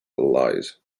allies